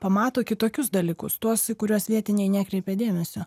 pamato kitokius dalykus tuos į kuriuos vietiniai nekreipė dėmesio